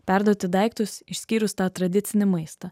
perduoti daiktus išskyrus tą tradicinį maistą